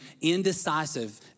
indecisive